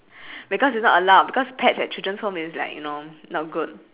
because it's not allowed because pest at children's home it's like you know not good